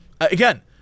again